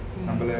mm